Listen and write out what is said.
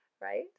right